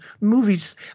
movies